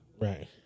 Right